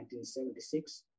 1976